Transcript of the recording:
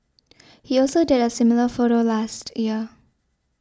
he also did a similar photo last year